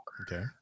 Okay